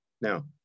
Now